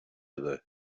other